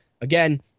again